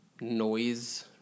noise